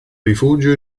rifugio